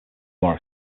more